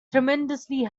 tremendously